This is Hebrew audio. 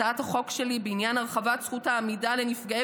הצעת החוק שלי בעניין הרחבת זכות העמידה לנפגעי